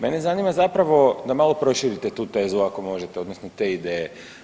Mene zanima zapravo da malo proširite tu tezu ako možete odnosno te ideje.